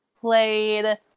played